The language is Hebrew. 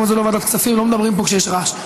פה זה לא ועדת כספים, לא מדברים פה כשיש רעש.